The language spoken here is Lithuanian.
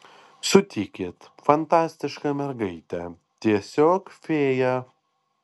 sutikit fantastiška mergaitė tiesiog fėja